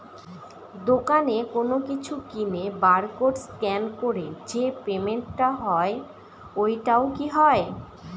দোকানে কোনো কিছু কিনে বার কোড স্ক্যান করে যে পেমেন্ট টা হয় ওইটাও কি হয়?